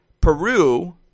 Peru